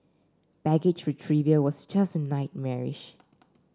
baggage retrieval was just as nightmarish